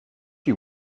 you